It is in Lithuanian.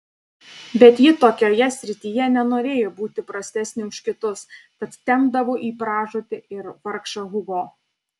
bet ji jokioje srityje nenorėjo būti prastesnė už kitus tad tempdavo į pražūtį ir vargšą hugo